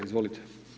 Izvolite.